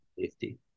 safety